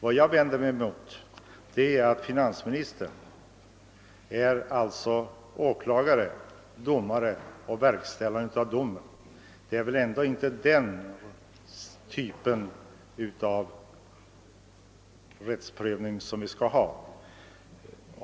Vad jag vänder mig mot är att finansministern är både åklagare, domare och verkställare av domen. En sådan typ av rättspröv ning bör vi inte ha.